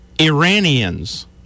Iranians